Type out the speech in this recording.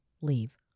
leave